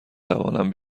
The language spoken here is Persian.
توانم